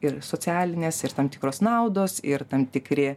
ir socialinės ir tam tikros naudos ir tam tikri